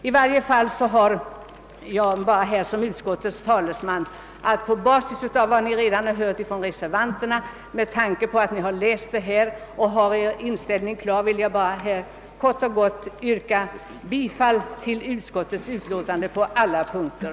I varje fall vill jag som utskottets talesman här på basis av vad ni redan hört från reservanterna, med tanke på att ni läst utlåtandet och har er inställning klar, bara kort och gott yrka bifall till utskottets hemställan på alla punkter.